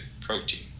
protein